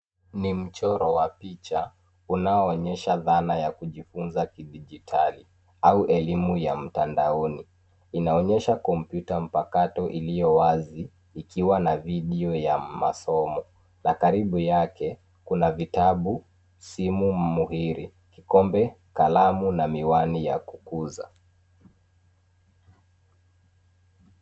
Ni mchoro wa picha unaoonyesha dhana ya kujifunza kidijitali au elimu ya mtandaoni. Inaonyesha kompyuta mpakato iliyo wazi ikiwa na video ya masomo. Na karibu yake, kuna vitabu, simu muhiri, kikombe, kalamu na miwani ya kukuza.